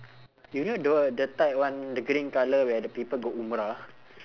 you know the wh~ the tight one the green colour where the people go umrah